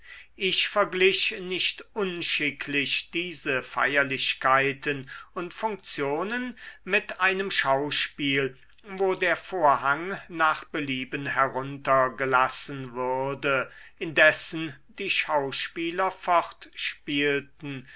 ich verglich nicht unschicklich diese feierlichkeiten und funktionen mit einem schauspiel wo der vorhang nach belieben heruntergelassen würde indessen die schauspieler